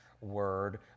word